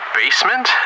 basement